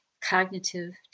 cognitive